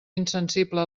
insensible